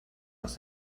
aus